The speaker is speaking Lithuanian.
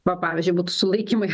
va pavyzdžiui būtų sulaikymai